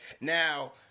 Now